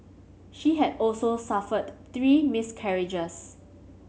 she had also suffered three miscarriages